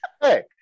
Hey